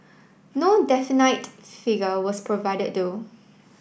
no definite figure was provided though